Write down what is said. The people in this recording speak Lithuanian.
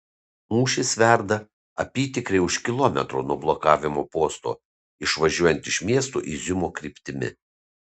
mūšis verda apytikriai už kilometro nuo blokavimo posto išvažiuojant iš miesto iziumo kryptimi